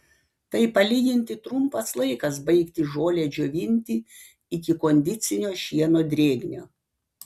tai palyginti trumpas laikas baigti žolę džiovinti iki kondicinio šieno drėgnio